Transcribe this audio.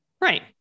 Right